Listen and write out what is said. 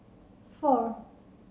four